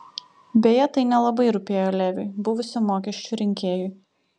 beje tai nelabai rūpėjo leviui buvusiam mokesčių rinkėjui